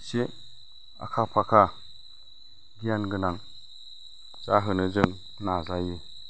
इसे आखा फाखा गियान गोनां जाहोनो जों नाजायो